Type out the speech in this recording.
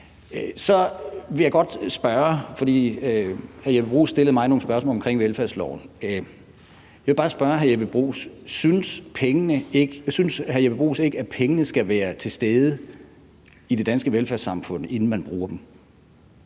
Jeppe Bruus ikke, at pengene skal være til stede i det danske velfærdssamfund, inden man bruger dem?